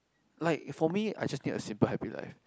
like for me I just need a simple happy life